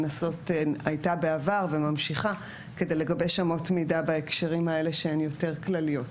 הייתה בעבר וממשיכה כדי לגבש אמות מידה בהקשרים האלה שהן יותר כלליות.